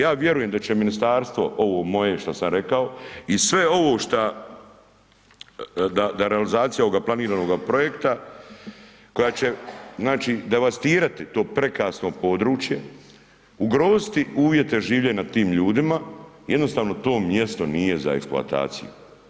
Ja vjerujem da će ministarstvo ovo moje što sam rekao i sve ovo šta, da realizacija ovoga planiranoga projekta koja će znači devastirati to prekrasno područje, ugroziti uvjete življenja tim ljudima i jednostavno to mjesto nije za eksploataciju.